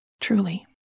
Truly